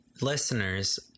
Listeners